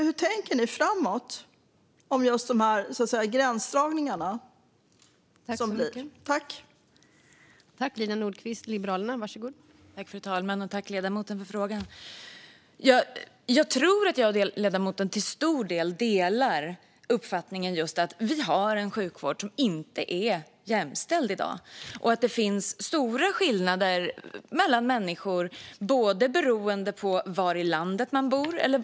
Hur tänker ni framåt om dessa gränsdragningar, Lina Nordquist?